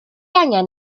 angen